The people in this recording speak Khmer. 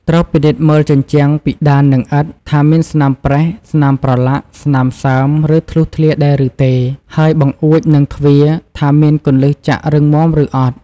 ត្រូវពិនិត្យមើលជញ្ជាំង ពិដាន និងឥដ្ឋ ថាមានស្នាមប្រេះ ស្នាមប្រឡាក់ ស្នាមសើម ឬធ្លុះធ្លាយដែរឬទេ ហើយបង្អួច និងទ្វារ ថាមានគន្លឹះចាក់រឹងមាំឬអត់។